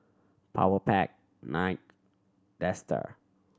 Powerpac Knight Dester